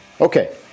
Okay